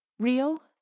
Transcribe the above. Real